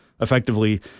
effectively